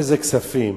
איזה כספים?